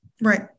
Right